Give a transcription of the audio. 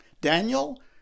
Daniel